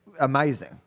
amazing